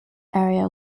area